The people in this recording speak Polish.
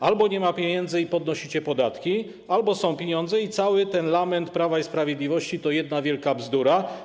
Albo nie ma pieniędzy i podnosicie podatki, albo są pieniądze i cały ten lament Prawa i Sprawiedliwości to jedna wielka bzdura.